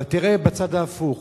אבל תראה בצד ההפוך: